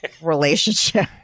relationship